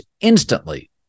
instantly